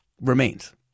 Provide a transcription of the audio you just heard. remains